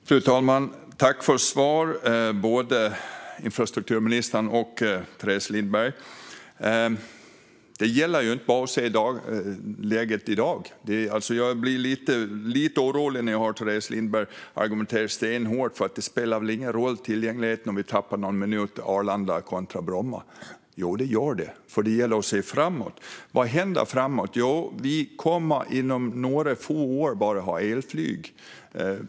Fru talman! Jag tackar för svaren från infrastrukturministern och Teres Lindberg. Det gäller att inte bara titta på läget i dag. Jag blir lite orolig när jag hör Teres Lindberg argumentera stenhårt för att det inte spelar någon roll för tillgängligheten om vi tappar någon minut Arlanda kontra Bromma. Jo, det gör det. Det gäller att se framåt. Vad händer framåt? Jo, vi kommer inom några få år att ha elflyg.